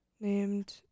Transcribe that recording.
named